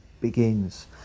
begins